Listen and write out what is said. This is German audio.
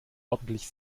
ordentlich